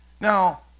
Now